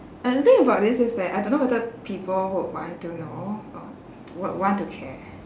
but the thing about this is that I don't know whether people would want to know or would want to care